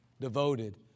devoted